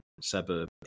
suburb